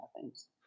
thanks